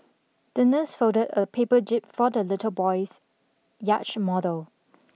the nurse folded a paper jib for the little boy's yacht model